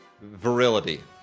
virility